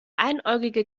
einäugige